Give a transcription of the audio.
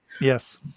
Yes